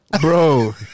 Bro